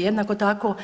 Jednako tako